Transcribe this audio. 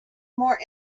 more